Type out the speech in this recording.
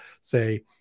say